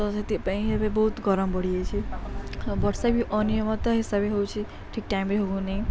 ତ ସେଥିପାଇଁ ଏବେ ବହୁତ ଗରମ ବଢ଼ିଯାଇଛି ଆଉ ବର୍ଷା ବି ଅନିୟମତା ହିସାବେ ହଉଛି ଠିକ୍ ଟାଇମରେ ହଉନିଁ